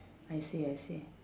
I see I see